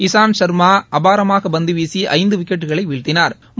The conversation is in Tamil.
இசான் சா்மா அபாரமாக பந்து வீசி ஐந்து விக்கெட்களை வீழ்த்தினாா்